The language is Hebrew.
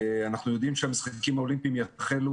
אנחנו יודעים שהמשחקים האולימפיים יחלו